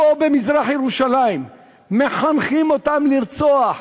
פה במזרח-ירושלים מחנכים אותם לרצוח,